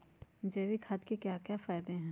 जैविक खाद के क्या क्या फायदे हैं?